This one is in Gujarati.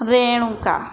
રેણુકા